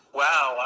wow